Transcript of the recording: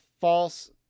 false